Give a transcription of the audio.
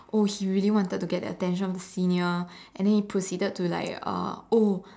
oh he really wanted to get the attention of the senior and then he proceeded to like uh oh